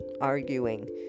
arguing